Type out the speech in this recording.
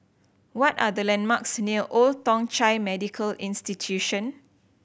what are the landmarks near Old Thong Chai Medical Institution